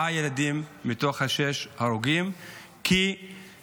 מתוך ששת ההרוגים ארבעה ילדים,